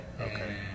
Okay